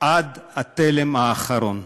עד התלם האחרון.